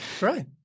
Right